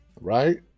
right